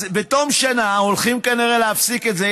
אז בתום שנה הולכים כנראה להפסיק את זה,